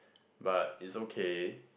but is okay